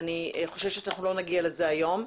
אני חוששת שאנחנו לא נגיע לזה היום.